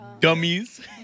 Dummies